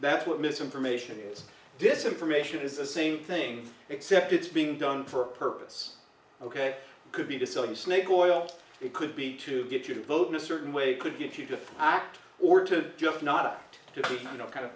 that's what misinformation is this information is the same thing except it's being done for a purpose ok could be to selling snake oil it could be to get you to vote in a certain way could get you to act or to just not to be you know kind of